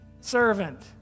servant